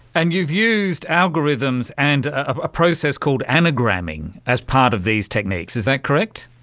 and you've used algorithms and a process called anagramming as part of these techniques, is that correct?